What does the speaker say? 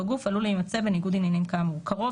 גוף עלול להימצא בניגוד עניינים כאמור; "קרוב",